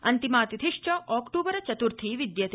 अन्तिमा तिथिश्च अक्तूबर चत्र्थी विद्यते